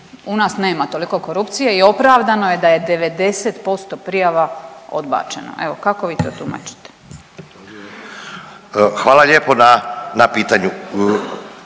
u nas nema toliko korupcije i opravdano je da je 90% prijava odbačeno, evo kako vi to tumačite? **Ivanović, Goran